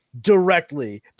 Directly